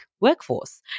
workforce